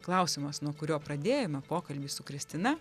klausimas nuo kurio pradėjome pokalbį su kristina